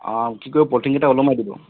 কি কৰিব পলিথিনকেইটা ওলমাই দিব